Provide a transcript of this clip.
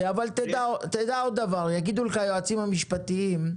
אבל תדע עוד דבר, יגידו לך היועצים המשפטיים,